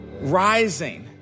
rising